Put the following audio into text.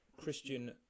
christian